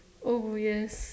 oh yes